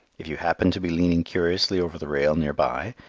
if you happen to be leaning curiously over the rail near by,